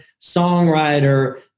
songwriter